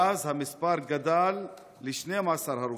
מאז המספר גדל ל-12 הרוגים.